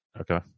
Okay